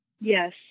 Yes